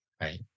Right